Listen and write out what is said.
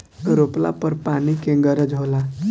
रोपला पर पानी के गरज होला